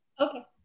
Okay